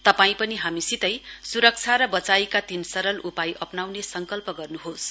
तपाईं पनि हामीसितै सुरक्षा र बचाईका तीन सरल उपाय अपनाउने संकल्प गर्नुहोस्